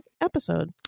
episode